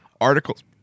articles